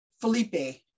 Felipe